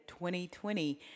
2020